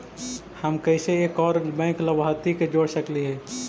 हम कैसे एक और बैंक लाभार्थी के जोड़ सकली हे?